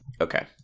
okay